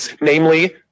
namely